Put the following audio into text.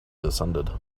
descended